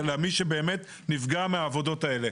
למי שבאמת נפגע מהעבודות האלה?